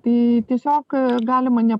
tai tiesiog galima ne